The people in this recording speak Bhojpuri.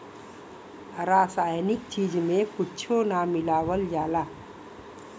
रासायनिक चीज में कुच्छो ना मिलावल जाला